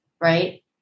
Right